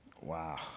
Wow